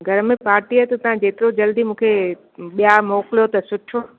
घर में पार्टी आहे त तव्हां जेतिरो जल्दी मूंखे ॿिया मोकिलियो त सुठो